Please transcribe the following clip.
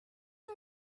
are